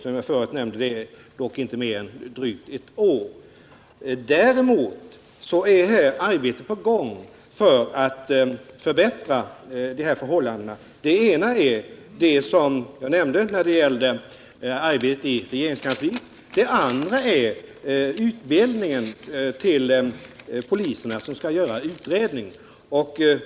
Som jag förut nämnde har den dock inte varit i kraft mer än drygt ett år. Däremot är arbeten i gång för att förbättra de här förhållandena. Det ena är det som jag nämnde när det gällde arbetet i regeringskansliet. Det andra är utbildningen av poliserna som skall göra utredningar.